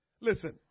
Listen